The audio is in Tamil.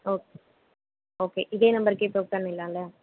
ஓ ஓகே இதே நம்பருக்கே பே பண்ணிடலாம்ல